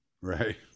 Right